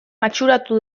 matxuratu